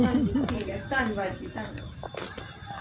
ਹਾਂਜੀ ਠੀਕ ਹੈ ਧੰਨਵਾਦ ਜੀ ਧੰਨਵਾਦ